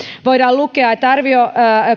voidaan lukea että arvio